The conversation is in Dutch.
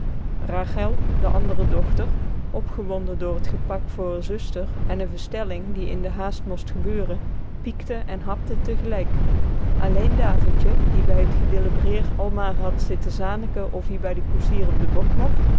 rachel de andere dochter opgewonden door t gepak voor r zuster en n verstelling die in de haast most gebeuren piekte en hapte tegelijk alleen davidje die bij t gedillebereer al maar had zitten zaniken of-ie bij de koessier op de bok mocht